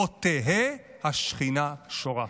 פה תהא השכינה שורה.